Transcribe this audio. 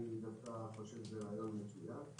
אני חושב שזה רעיון מצוין.